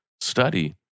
study